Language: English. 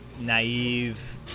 naive